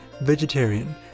Vegetarian